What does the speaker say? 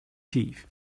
chief